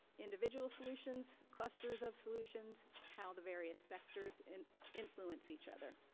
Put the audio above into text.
individual solutions, clusters of solutions, how the various sectors and influence each other.